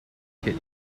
kit